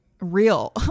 real